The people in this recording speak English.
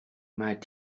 might